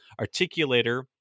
articulator